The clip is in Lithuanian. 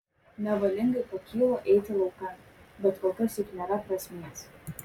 nevalingai pakylu eiti laukan bet kol kas juk nėra prasmės